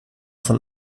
von